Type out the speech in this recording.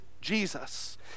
Jesus